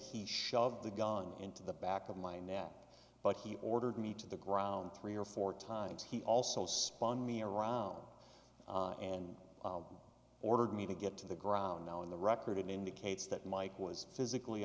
he shoved the gun into the back of my neck but he ordered me to the ground three or four times he also spawn me around and ordered me to get to the ground now in the record indicates that mike was physically